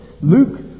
Luke